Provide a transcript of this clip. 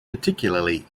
particularly